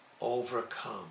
overcome